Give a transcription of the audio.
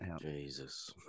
Jesus